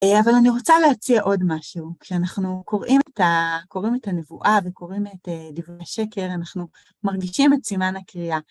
אה... אבל אני רוצה להציע עוד משהו, כשאנחנו קוראים את ה... קוראים את הנבואה וקוראים את דברי השקר, אנחנו מרגישים את סימן הקריאה.